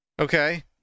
Okay